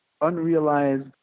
unrealized